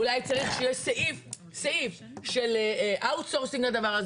אולי צריך שיהיה סעיף של outsourcing לדבר הזה.